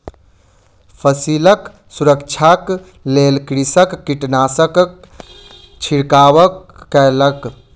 फसिलक सुरक्षाक लेल कृषक कीटनाशकक छिड़काव कयलक